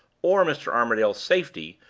or mr. armadale's safety,